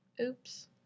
Oops